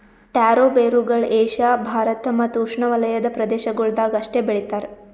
taro ಬೇರುಗೊಳ್ Asia Bharat ಮತ್ತ್ ಉಷ್ಣೆವಲಯದ ಪ್ರದೇಶಗೊಳ್ದಾಗ್ ಅಷ್ಟೆ ಬೆಳಿತಾರ್